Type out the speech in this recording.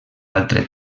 altre